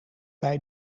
bij